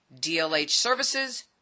dlhservices